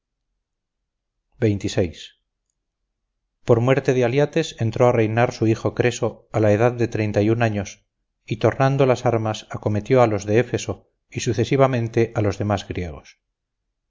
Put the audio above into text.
delfos por muerte de aliates entró a reinar su hijo creso a la edad de treinta y un años y tornando las armas acometió a los de éfeso y sucesivamente a los demás griegos